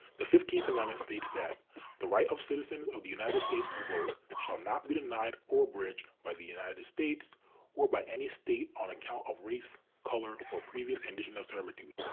the fifteenth amendment states that the right of citizens of the united states to vote shall not be denied or abridged by the united states or by any state on account of race, color, or previous condition of servitude.